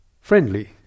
friendly